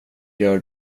gör